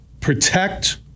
Protect